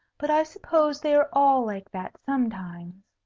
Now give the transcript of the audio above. but i suppose they are all like that sometimes.